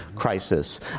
crisis